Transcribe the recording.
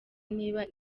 niba